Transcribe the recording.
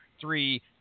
three